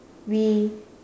we